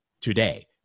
today